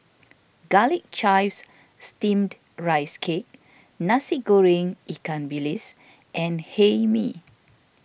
Garlic Chives Steamed Rice Cake Nasi Goreng Ikan Bilis and Hae Mee